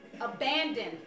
abandoned